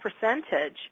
percentage